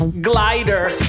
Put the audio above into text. Glider